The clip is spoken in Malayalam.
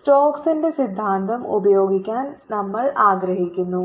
സ്റ്റോക്സിന്റെ സിദ്ധാന്തം Stokes' Theorem ഉപയോഗിക്കാൻ നമ്മൾ ആഗ്രഹിക്കുന്നു